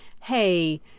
hey